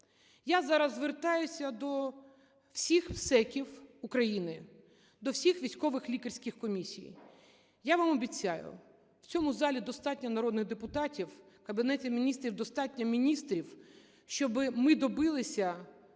Я зараз звертаюся до всіх МСЕКів України, до всіх військових лікарських комісій. Я вам обіцяю, в цьому залі достатньо народних депутатів, в Кабінеті Міністрів достатньо міністрів, щоб ми добилися